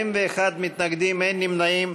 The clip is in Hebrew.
21 מתנגדים, אין נמנעים.